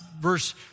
verse